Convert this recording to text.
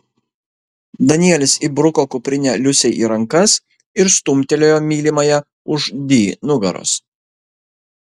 danielis įbruko kuprinę liusei į rankas ir stumtelėjo mylimąją už di nugaros